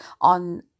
on